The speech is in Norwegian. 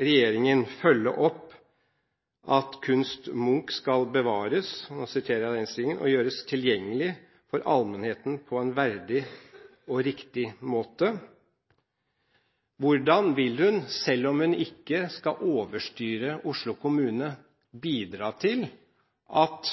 regjeringen følge opp – nå siterer jeg fra Innst. 107 S for 2012–2013 – «at Munchs kunst bevares og gjøres tilgjengelig for allmennheten på en verdig og riktig måte»? Hvordan vil hun, selv om hun ikke skal overstyre Oslo kommune, bidra til at